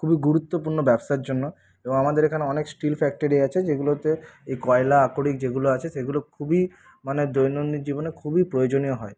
খুবই গুরুত্বপূর্ণ ব্যবসার জন্য এবং আমাদের এখানে অনেক স্টিল ফ্যাক্টরি আছে যেগুলোতে এই কয়লা আকরিক যেগুলো আছে সেগুলো খুবই মানে দৈনন্দিন জীবনে খুবই প্রয়োজনীয় হয়